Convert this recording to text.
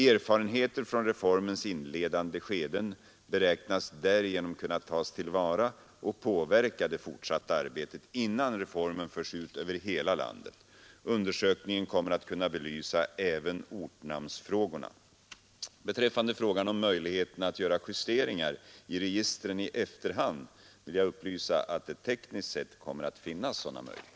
Erfarenheter från reformens inledande skeden beräknas därigenom kunna tas till vara och påverka det fortsatta arbetet innan reformen förs ut över hela landet. Undersökningen kommer att kunna belysa även ortnamnsfrågorna. Beträffande frågan om möjligheterna att göra justeringar i registren i efterhand vill jag upplysa att det tekniskt sett kommer att finnas sådana möjligheter.